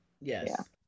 yes